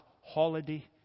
holiday